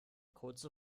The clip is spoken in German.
kurze